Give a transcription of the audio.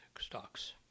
stocks